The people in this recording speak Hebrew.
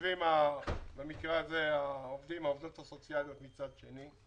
יושבות העובדות הסוציאליות במקרה הזה מצד שני.